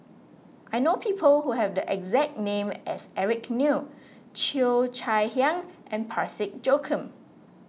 I know people who have the exact name as Eric Neo Cheo Chai Hiang and Parsick Joaquim